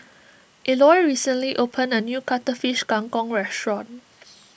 Eloy recently opened a new Cuttlefish Kang Kong restaurant